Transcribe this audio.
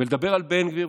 ולדבר על בן גביר,